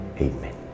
Amen